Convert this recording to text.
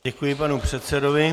Děkuji panu předsedovi.